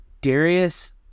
Darius